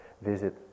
visit